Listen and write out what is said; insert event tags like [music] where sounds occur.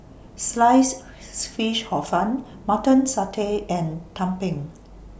Sliced [noise] Fish Hor Fun Mutton Satay and Tumpeng